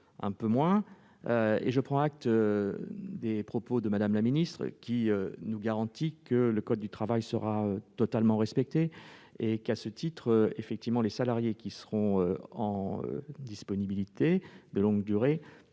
un peu. Je prends acte des propos de Mme la ministre, qui nous garantit que le code du travail sera totalement respecté et que, à ce titre, effectivement, les salariés qui seront en disponibilité de longue durée